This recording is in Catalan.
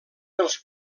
els